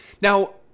Now